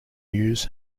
news